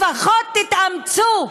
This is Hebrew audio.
לפחות תתאמצו,